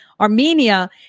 Armenia